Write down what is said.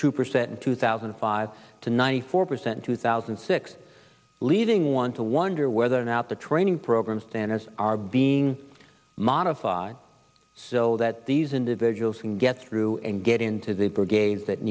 two percent in two thousand and five to ninety four percent two thousand and six leaving one to wonder whether or not the training program standards are being modified so that these individuals can get through and get into the brigade that